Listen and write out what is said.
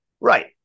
Right